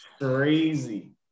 Crazy